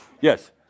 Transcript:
Yes